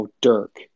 Dirk